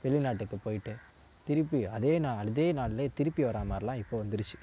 வெளிநாட்டுக்கு போயிட்டு திருப்பி அதே நாள் அதே நாள்லேதிருப்பி வர்றா மாதிரிலாம் இப்போ வந்துருச்சு